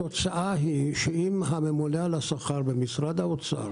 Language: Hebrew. התוצאה היא שאם הממונה על השכר במשרד האוצר